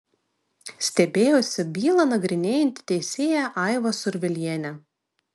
stebėjosi bylą nagrinėjanti teisėja aiva survilienė